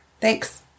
Thanks